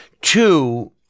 Two